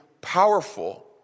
powerful